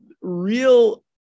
real